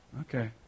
Okay